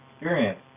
experience